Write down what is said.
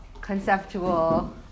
conceptual